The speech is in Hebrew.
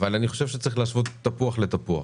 אבל אני חושב שצריך להשוות תפוח לתפוח